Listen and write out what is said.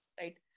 right